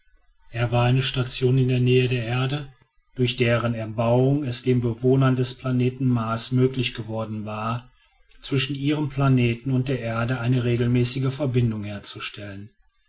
er war eine station in der nähe der erde durch deren erbauung es den bewohnern des planeten mars möglich geworden war zwischen ihrem planeten und der erde eine regelmäßige verbindung herzustellen